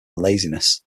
laziness